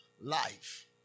Life